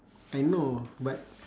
I know but